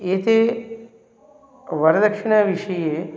एते वरदक्षिणाविषये